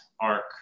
ARC